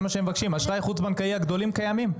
האשראי החוץ-בנקאי הגדולים קיימים,